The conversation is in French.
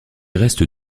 reste